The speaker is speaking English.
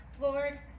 Lord